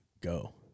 go